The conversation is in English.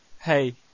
Hey